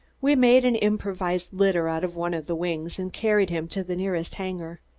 we made an improvised litter out of one of the wings and carried him to the nearest hangar.